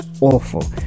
awful